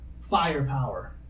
firepower